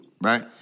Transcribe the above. Right